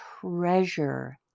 treasure